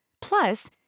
Plus